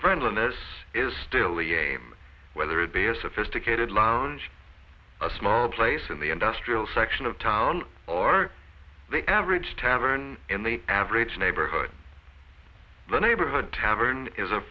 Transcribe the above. friendliness is still a game whether it be a sophisticated lounge a small place in the industrial section of town or they average tavern in the average neighborhood the neighborhood tavern is a